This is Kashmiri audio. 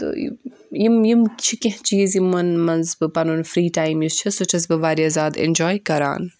تہٕ یِم یِم یِم چھِ کینٛہہ چیٖز یِمَن منٛز بہٕ پَنُن فِری ٹایِم یُس چھُ سُہ چھَس بہٕ وارٕیاہ زیادٕ اؠنجاے کَران